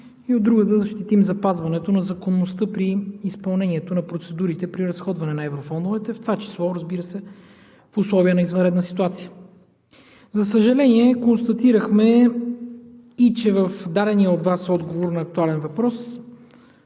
От друга – да защитим запазването на законността при изпълнението на процедурите при разходване на еврофондовете, в това число, разбира се, в условия на извънредна ситуация. За съжаление, констатирахме, че даденият от Вас отговор на актуален въпрос